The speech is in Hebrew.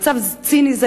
בגלל מצב ציני זה,